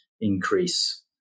increase